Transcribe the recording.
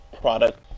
product